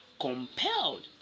compelled